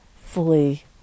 fully